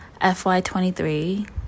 FY23